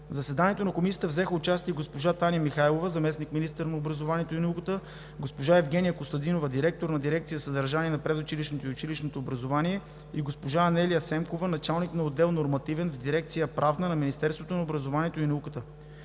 В заседанието на Комисията взеха участие: госпожа Таня Михайлова – заместник-министър на образованието и науката, госпожа Евгения Костадинова – директор на дирекция „Съдържание на предучилищното и училищното образование“, и госпожа Анелия Семкова – началник на отдел „Нормативен“ в дирекция „Правна“ на Министерството на образованието и науката.